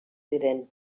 ziren